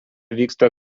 vyksta